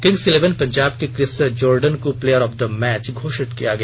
Kings Eleven Punjab के Chris Jordan को player of the match घोषित किया गया